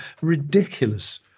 ridiculous